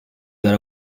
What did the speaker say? got